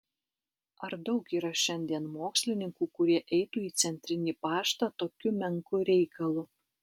ar daug yra šiandien mokslininkų kurie eitų į centrinį paštą tokiu menku reikalu